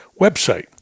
website